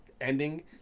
ending